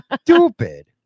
Stupid